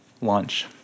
launch